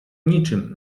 niczym